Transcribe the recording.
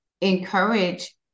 encourage